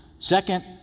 Second